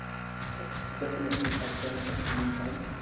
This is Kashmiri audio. پَتہٕ ڈیفنِٹلی پَتہٕ پیوان تَتھ کٲم کَرٕنۍ